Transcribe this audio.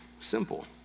simple